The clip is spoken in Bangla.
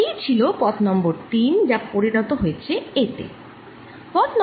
এই ছিল পথ নং 3 যা পরিণত হয়েছে এতে